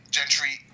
Gentry